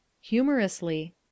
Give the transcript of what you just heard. Humorously